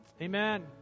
Amen